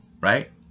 right